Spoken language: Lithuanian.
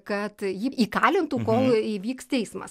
kad jį įkalintų kol įvyks teismas